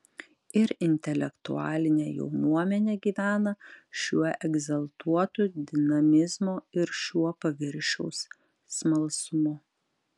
ir intelektualinė jaunuomenė gyvena šiuo egzaltuotu dinamizmu ir šiuo paviršiaus smalsumu